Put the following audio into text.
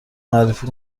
معرفی